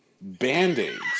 band-aids